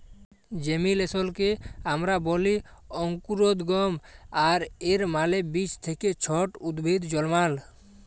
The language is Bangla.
জেমিলেসলকে আমরা ব্যলি অংকুরোদগম আর এর মালে বীজ থ্যাকে ছট উদ্ভিদ জলমাল